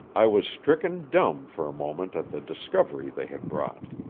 i was stricken dumb for a moment at the discovery they had brought.